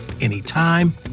anytime